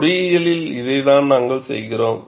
பொறியியலில் இதைத்தான் நாங்கள் செய்கிறோம்